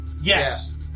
Yes